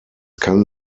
kann